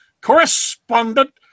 correspondent